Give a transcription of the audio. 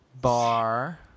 bar